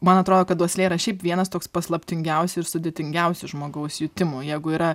man atrodo kad uoslė yra šiaip vienas toks paslaptingiausių ir sudėtingiausių žmogaus jutimų jeigu yra